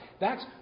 thats